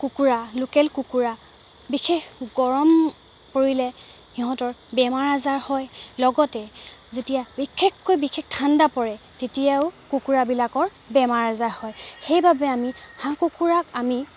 কুকুৰা লোকেল কুকুৰা বিশেষ গৰম পৰিলে সিহঁতৰ বেমাৰ আজাৰ হয় লগতে যেতিয়া বিশেষকৈ বিশেষ ঠাণ্ডা পৰে তেতিয়াও কুকুৰাবিলাকৰ বেমাৰ আজাৰ হয় সেইবাবে আমি হাঁহ কুকুৰাক আমি